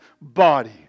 body